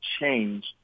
change